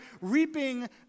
reaping